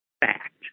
fact